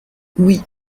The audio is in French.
oui